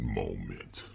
moment